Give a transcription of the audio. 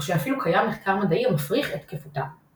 או שאפילו קיים מחקר מדעי המפריך את תקפותם.